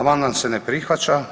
Amandman se ne prihvaća.